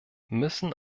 müssen